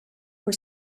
were